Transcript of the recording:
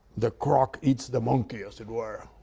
the croc eats the monkey, as it were,